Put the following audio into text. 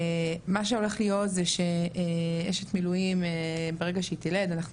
מה שהולך להיות זה שאשת מילואים ברגע שהיא תלד אנחנו